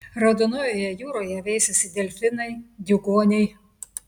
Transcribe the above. raudonojoje jūroje veisiasi delfinai diugoniai